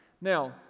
Now